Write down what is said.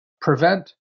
prevent